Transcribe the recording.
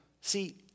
See